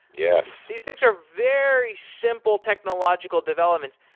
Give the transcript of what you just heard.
yeah these things are very simple technological developments.